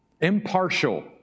Impartial